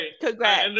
Congrats